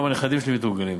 גם הנכדים שלי מתורגלים,